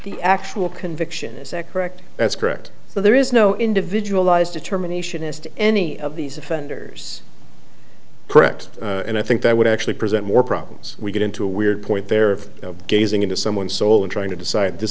the actual conviction is that correct that's correct so there is no individualized determination as to any of these offenders correct and i think that would actually present more problems we get into a weird point there gazing into someone's soul and trying to decide this